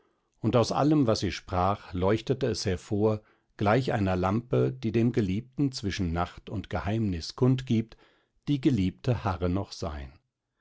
und aus allem was sie sprach leuchtete es hervor gleich einer lampe die dem geliebten zwischen nacht und geheimnis kundgibt die geliebte harre noch sein